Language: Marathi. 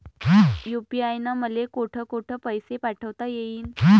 यू.पी.आय न मले कोठ कोठ पैसे पाठवता येईन?